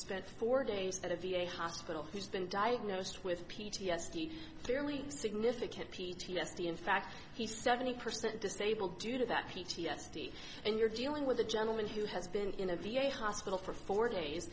spent four days at a v a hospital who's been diagnosed with p t s d fairly significant p t s d in fact he's seventy percent disabled due to that p t s d and you're dealing with a gentleman who has been in a v a hospital for four days